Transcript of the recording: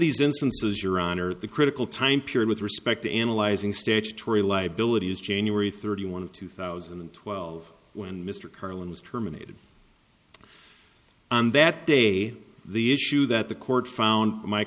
these instances your honor at the critical time period with respect to analyzing statutory liabilities january thirty one of two thousand and twelve when mr carlin was terminated and that day the issue that the court found my